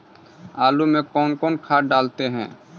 आलू में कौन कौन खाद डालते हैं?